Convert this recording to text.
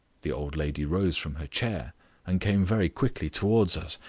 the old lady rose from her chair and came very quickly towards us.